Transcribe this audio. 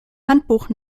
handbuch